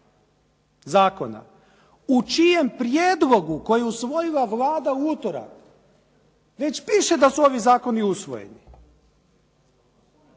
zakona u čijem prijedlogu, koji je usvojila Vlada u utorak, već piše da su ovi zakoni usvojeni.